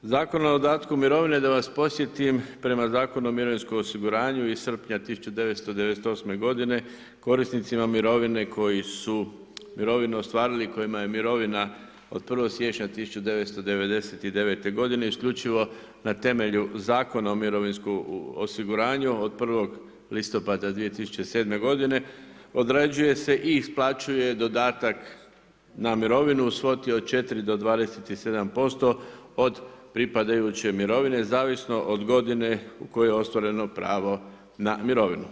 Zakon o dodatku mirovine da vas podsjetim prema Zakonu o mirovinskom osiguranju iz srpnja 1998. godine korisnicima mirovine koji su mirovinu ostvarili kojima je mirovina od 1. siječnja 1999. godine isključivo na temelju Zakona o mirovinskom osiguranju od 1. listopada 2007. godine odrađuje se i isplaćuje dodatak na mirovinu u svoti od 4 do 27% od pripadajuće mirovine zavisno od godine u kojoj je ostvareno pravo na mirovinu.